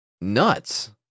nuts